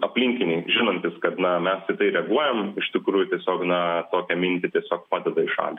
aplinkiniai žinantys kad na mes į tai reaguojam iš tikrųjų tiesiog na tokią mintį tiesiog padeda į šalį